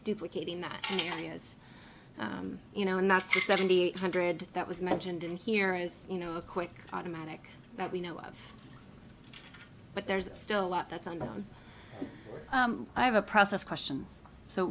duplicating that and areas you know not seventy eight hundred that was mentioned in here is you know a quick automatic that we know of but there's still a lot that's on the i have a process question so